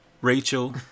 Rachel